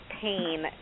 pain